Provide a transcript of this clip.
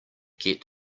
get